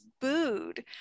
booed